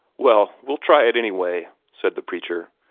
well, we'll try it, anyway, said the preacher.